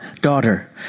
daughter